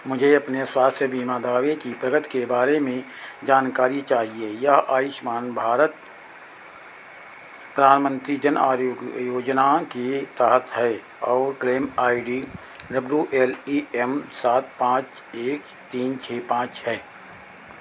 मुझे अपने स्वास्थ्य बीमा दावे की प्रगति के बारे में जानकारी चाहिए यह आयुष्मान भारत प्रधानमंत्री जन आरोग्य योजना के तहत है और claim I D W L E M सात पाँच एक तीन छः पाँच है